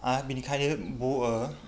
आं बेनिखायनो